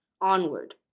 onward